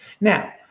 Now